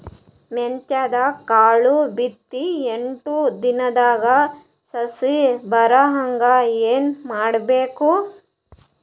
ಮೆಂತ್ಯದ ಕಾಳು ಬಿತ್ತಿ ಎಂಟು ದಿನದಾಗ ಸಸಿ ಬರಹಂಗ ಏನ ಮಾಡಬೇಕು?